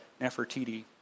nefertiti